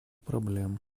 проблем